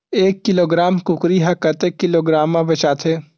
एक किलोग्राम कुकरी ह कतेक किलोग्राम म बेचाथे?